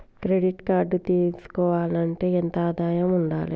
Credit card తీసుకోవాలంటే ఎంత ఆదాయం ఉండాలే?